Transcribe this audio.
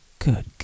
Good